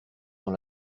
dans